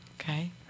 Okay